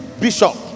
bishop